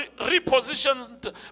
repositioned